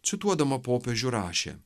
cituodama popiežių rašė